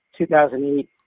2008